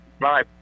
Bye